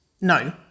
No